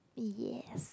yes